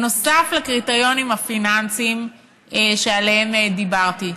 בנוסף לקריטריונים הפיננסיים שעליהם דיברתי.